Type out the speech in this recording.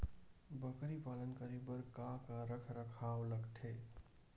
बकरी पालन करे बर काका रख रखाव लगथे?